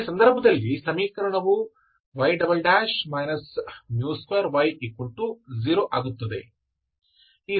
ಈ ಸಂದರ್ಭದಲ್ಲಿ ಸಮೀಕರಣವು y 2y0 ಆಗುತ್ತದೆ